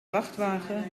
vrachtwagen